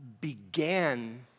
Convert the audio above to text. began